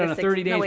um thirty days,